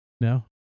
No